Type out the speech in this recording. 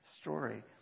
story